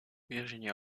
virginia